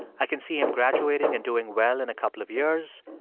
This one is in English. i can see him graduating and doing well in a couple of years,